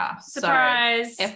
Surprise